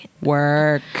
Work